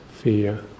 fear